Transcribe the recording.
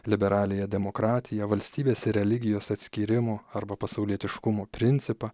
liberaliąją demokratiją valstybės ir religijos atskyrimo arba pasaulietiškumo principą